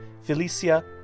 Felicia